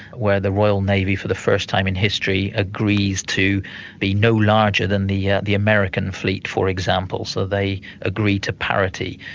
where the royal navy for the first time in history agrees to be no larger than the yeah the american fleet, for example. so they agree to parity.